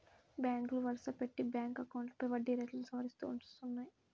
బ్యాంకులు వరుసపెట్టి బ్యాంక్ అకౌంట్లపై వడ్డీ రేట్లను సవరిస్తూ వస్తున్నాయి